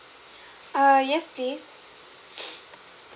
err yes please